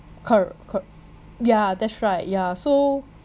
cor~ cor~ yeah that's right yeah so